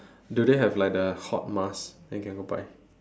do they have like the hot mask then can go buy